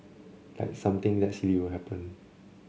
like something that silly will happen